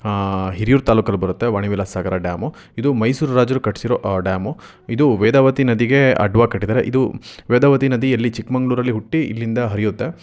ಹಿರಿಯೂರು ತಾಲೂಕಲ್ಲಿ ಬರುತ್ತೆ ವಾಣಿ ವಿಲಾಸ ಸಾಗರ ಡ್ಯಾಮು ಇದು ಮೈಸೂರು ರಾಜರು ಕಟ್ಸಿರೋ ಡ್ಯಾಮು ಇದು ವೇದಾವತಿ ನದಿಗೆ ಅಡ್ವಾಗಿ ಕಟ್ಟಿದ್ದಾರೆ ಇದು ವೇದಾವತಿ ನದಿಯಲ್ಲಿ ಚಿಕ್ಕಮಂಗ್ಳೂರಲ್ಲಿ ಹುಟ್ಟಿ ಇಲ್ಲಿಂದ ಹರಿಯುತ್ತೆ